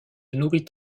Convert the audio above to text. nourrit